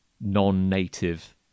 non-native